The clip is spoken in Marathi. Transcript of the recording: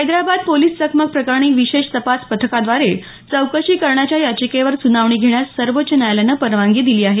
हैदराबाद पोलिस चकमक प्रकरणी विशेष तपास पथकाद्वारे चौकशी करण्याच्या याचिकेवर सुनावणी घेण्यास सर्वोच्च न्यायालयानं परवानगी दिली आहे